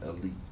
elite